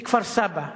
בכפר-סבא.